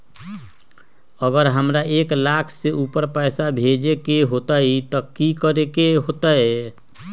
अगर हमरा एक लाख से ऊपर पैसा भेजे के होतई त की करेके होतय?